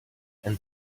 and